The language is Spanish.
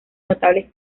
notables